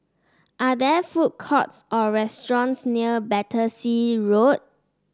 are there food courts or restaurants near Battersea Road